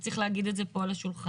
וצריך להגיד את זה פה על השולחן.